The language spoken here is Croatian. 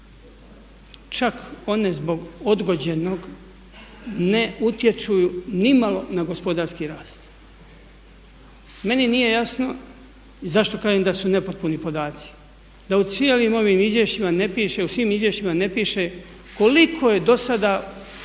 Čak one zbog odgođenog ne utječu nimalo na gospodarski rast. Meni nije jasno i zašto kažem da su nepotpuni podaci, da u cijelim ovim izvješćima ne piše, u svim